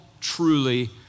truly